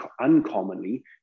uncommonly